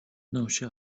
نوچه